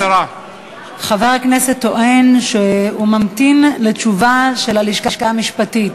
חבר הכנסת טוען שהוא ממתין לתשובה של הלשכה המשפטית.